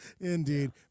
indeed